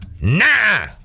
nah